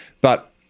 But-